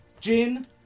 gin